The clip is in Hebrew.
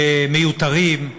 כמיותרים.